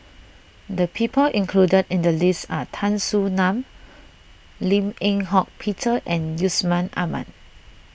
the people included in the list are Tan Soo Nan Lim Eng Hock Peter and Yusman Aman